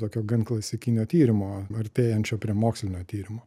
tokio gan klasikinio tyrimo artėjančio prie mokslinio tyrimo